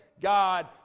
God